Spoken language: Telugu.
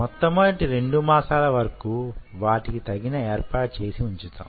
మొట్టమొదటి 2 మాసాల వరకు వాటికి తగిన ఏర్పాటు చేసి ఉంచుతాం